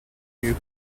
you